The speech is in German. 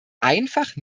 einfach